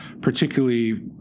particularly